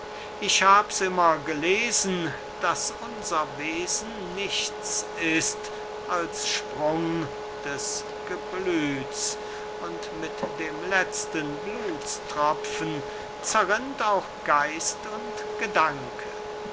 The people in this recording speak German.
ich hab's immer gelesen daß unser wesen nichts ist als sprung des geblüts und mit dem letzten blutstropfen zerrinnt auch geist und gedanke